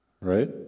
Right